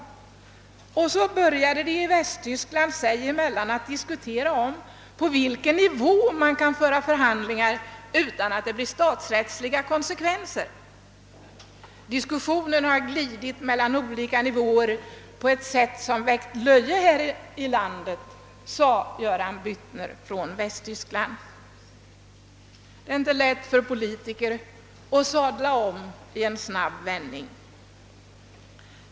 Och så började man i Västtyskland sinsemellan diskutera på vilken nivå man kan föra förhandlingar utan att det får statsrättsliga konsekvenser. Diskussionen har glidit mellan olika nivåer på ett sätt som väckt löje här i landet, sade Göran Byttner från Västtyskland. Det är inte lätt för politiker att sadla om i en handvändning.